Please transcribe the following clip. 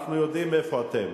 אנחנו יודעים איפה אתם.